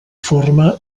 forma